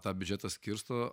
tą biudžetą skirsto